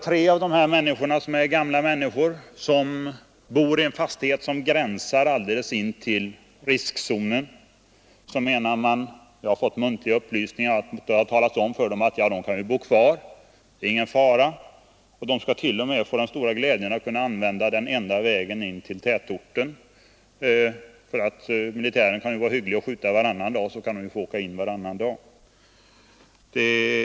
Tre av dessa människor, vilka är gamla och bor i en fastighet som gränsar alldeles intill riskzonen, har meddelats — jag har fått muntliga upplysningar om det — att de kan bo kvar. Det är ingen fara, och de kan t.o.m. få den stora glädjen att använda den enda vägen in till tätorten. Militären kan ju vara hygglig och skjuta varannan dag så att dessa människor kan använda vägen de övriga dagarna.